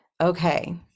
Okay